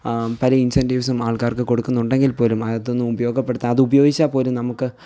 പല ഇൻസെൻ്റീവ്സും ആൾക്കാർക്ക് കൊടുക്കുന്നുണ്ടെങ്കിൽ പോലും അതൊന്നും ഉപയോഗപ്പെടുത്താൻ അതുപയോഗിച്ചാൽ പോലും നമുക്ക്